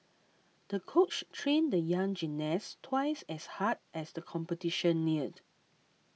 the coach trained the young gymnast twice as hard as the competition neared